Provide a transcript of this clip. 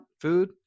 food